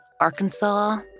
Arkansas